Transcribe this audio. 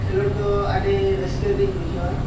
ᱠᱷᱮᱞᱚᱰ ᱫᱚ ᱟᱹᱰᱤ ᱨᱟᱹᱥᱠᱟ ᱜᱤᱧ ᱵᱩᱡᱷᱟᱹᱣᱟ